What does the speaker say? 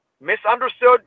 misunderstood